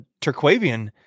Turquavian